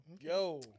Yo